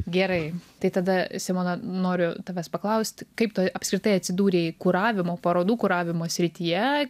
gerai tai tada simona noriu tavęs paklaust kaip tu apskritai atsidūrei kuravimo parodų kuravimo srityje